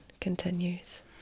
continues